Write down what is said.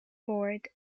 board